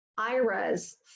IRAs